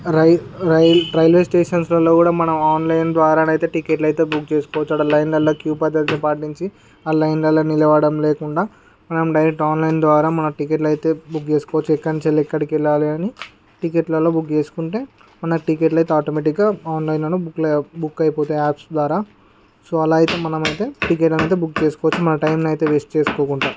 రై రై రైల్వే స్టేషన్స్లలో కూడా మనం ఆన్లైన్ ద్వారా అయితే టిక్కెట్లు అయితే బుక్ చేసుకోవచ్చు అక్కడ లైన్లల్లో క్యూ పద్ధతి పాటించి ఆ లైన్లల్లో నిలబడడం లేకుండా మనం డైరెక్ట్ ఆన్లైన్ ద్వారా మనం టిక్కెట్లు అయితే బుక్ చేసుకోవచ్చు ఎక్కడి నుంచి వెళ్ళి ఎక్కడికి వెళ్ళాలి అని టిక్కెట్లలో బుక్ చేసుకుంటే మనకు టిక్కెట్లు అయితే ఆటోమేటిక్గా ఆన్లైన్లోనే బుక్లు బుక్ అయిపోతాయి యాప్స్ ద్వారా సో అలా అయితే మనం అయితే టికెట్ను అయితే బుక్ చేసుకోవచ్చు మన టైమ్ను వేస్ట్ చేసుకోకుండా